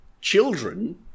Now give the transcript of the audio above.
children